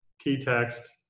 T-text